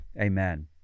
Amen